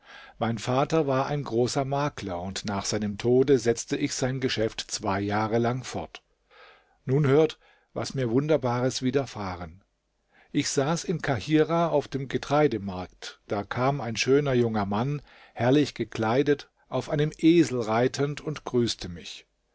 mein vater war ein großer makler und nach seinem tode setzte ich sein geschäft zwei jahre lang fort nun hört was mir wunderbares widerfahren ich saß in kahirah auf dem getreidemarkt da kam ein schöner junger mann herrlich gekleidet auf einem esel reitend und grüßte mich